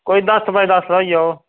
कोई दस्स बाय दस्स दा होई जाह्ग